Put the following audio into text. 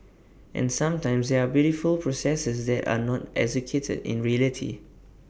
and sometimes there are beautiful processes that are not executed in reality